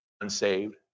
unsaved